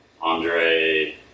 Andre